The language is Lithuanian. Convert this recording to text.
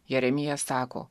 jeremijas sako